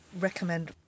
recommend